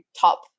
top